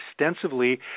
extensively